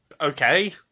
okay